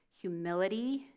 humility